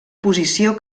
posició